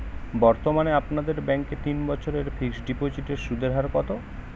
বর্তমানে আপনাদের ব্যাঙ্কে তিন বছরের ফিক্সট ডিপোজিটের সুদের হার কত?